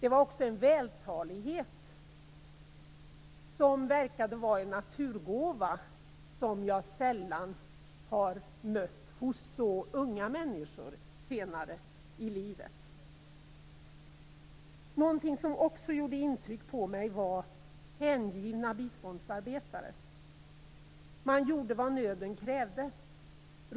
Det fanns också en vältalighet som verkade vara en naturgåva som jag sällan har mött hos så unga människor senare i livet. Någonting som också gjorde intryck på mig var hängivna biståndsarbetare. Man gjorde vad nöden krävde.